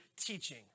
teaching